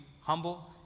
humble